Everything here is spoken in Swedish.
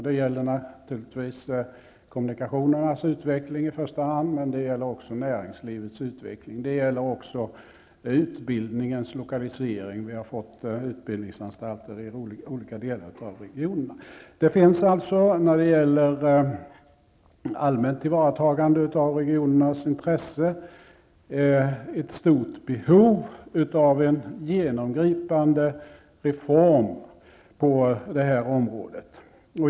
Det gäller naturligtvis kommunikationernas utveckling i första hand, men det gäller också näringslivets utveckling och det gäller utbildningens lokalisering -- vi har fått utbildningsanstalter i olika delar av regionerna. Det finns alltså när det gäller allmänt tillvaratagande av regionernas intresse ett stort behov av en genomgripande reform på det här området.